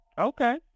Okay